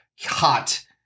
hot